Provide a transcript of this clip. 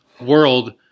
world